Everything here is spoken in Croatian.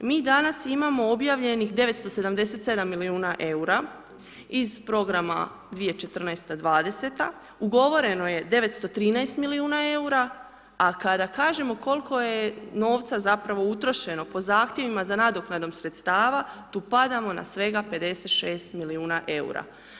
Mi danas imamo objavljenih 997 milijuna eura iz programa 2014.-2020. ugovoreno je 913 milijuna eura, a kada kažemo koliko je novca zapravo utrošeno po zahtjevima za nadoknadu sredstava, tu padamo, na svega 56 milijuna eura.